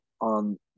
on